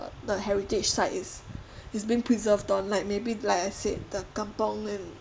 the heritage site is is been preserved on like maybe like I said the kampung